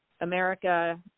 America